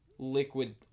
Liquid